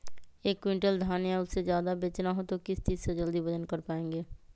एक क्विंटल धान या उससे ज्यादा बेचना हो तो किस चीज से जल्दी वजन कर पायेंगे?